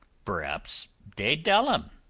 berhabs dey dell him.